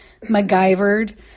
MacGyvered